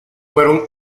fueron